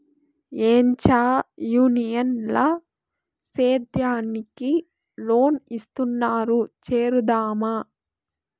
ఏంచా యూనియన్ ల సేద్యానికి లోన్ ఇస్తున్నారు చేరుదామా